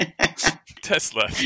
Tesla